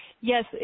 Yes